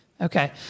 okay